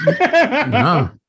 no